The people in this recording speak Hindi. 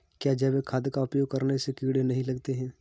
क्या जैविक खाद का उपयोग करने से कीड़े नहीं लगते हैं?